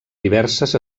diverses